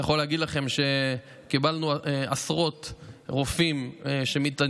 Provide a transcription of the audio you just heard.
אני יכול להגיד לכם שקיבלנו פרטים מעשרות רופאים שמתעניינים,